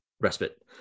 respite